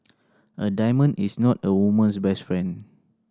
a diamond is not a woman's best friend